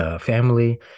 family